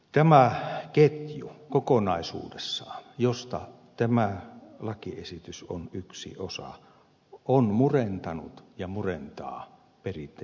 tämä ketju kokonaisuudessaan josta tämä lakiesitys on yksi osa on murentanut ja murentaa perinteistä perhekäsitystä